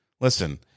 Listen